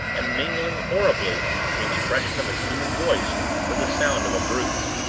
and mingling horribly the expression of a human voice with the sound of a brute's.